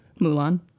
Mulan